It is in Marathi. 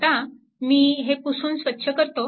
आता मी हे पुसून स्वच्छ करतो